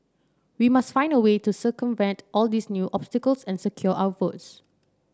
we must find a way to circumvent all these new obstacles and secure our votes